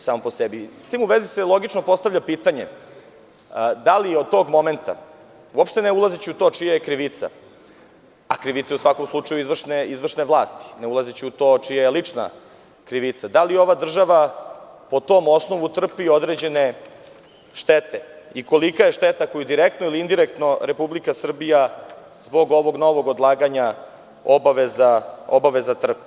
S tim u vezi se postavlja logičko pitanje – da li od tog momenta, uopšte ne ulazeći u to čija je krivica, a krivica je u svakom slučaju izvršne vlasti, ne ulazeći u to čija je lična krivica, da li ova država po tom osnovu trpi određene štete i kolika je šteta koju direktno ili indirektno Republika Srbija zbog ovog novog odlaganja obaveza trpi?